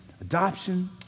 adoption